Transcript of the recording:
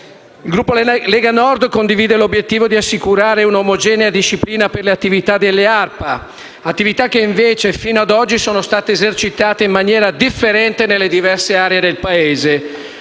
Il Gruppo Lega Nord condivide l'obiettivo di assicurare un'omogenea disciplina per le attività delle ARPA, che invece, fino ad oggi, sono state esercitate in maniera differente nelle diverse aree del Paese.